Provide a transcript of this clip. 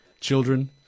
Children